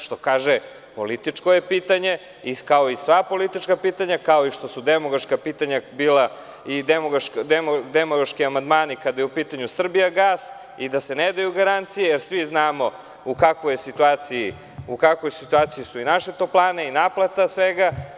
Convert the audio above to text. Što kaže političko je pitanje, kao i sva politička pitanja, kao što su bili demagoški amandmani kada je u pitanju „Srbijagas“ i da se ne daju garancije jer svi znamo u kakvoj situaciji su naše toplane i naplata svega.